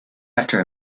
after